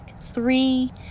three